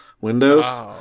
Windows